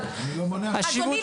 אדוני,